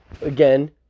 Again